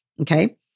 Okay